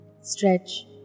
stretch